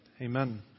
Amen